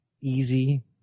easy